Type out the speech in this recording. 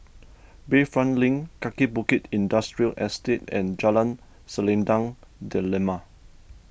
Bayfront Link Kaki Bukit Industrial Estate and Jalan Selendang Delima